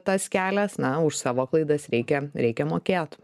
tas kelias na už savo klaidas reikia reikia mokėt